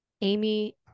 Amy